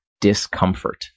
discomfort